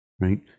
right